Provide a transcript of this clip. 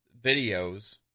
videos